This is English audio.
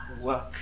work